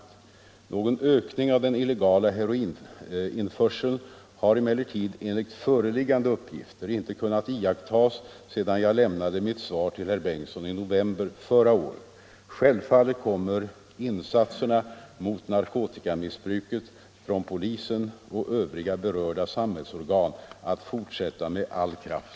Någon ökning av den illegala heroininförseln har emellertid enligt föreliggande uppgifter inte kunnat iakttas sedan jag lämnade mitt svar till herr Bengtsson i november förra året. Självfallet kommer insatserna mot narkotikamissbruket från polisen och övriga berörda samhällsorgan att fortsätta med all kraft.